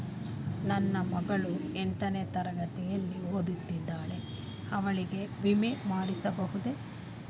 ನನ್ನ ಮಗಳು ಎಂಟನೇ ತರಗತಿಯಲ್ಲಿ ಓದುತ್ತಿದ್ದಾಳೆ ಅವಳಿಗೆ ವಿಮೆ ಮಾಡಿಸಬಹುದೇ?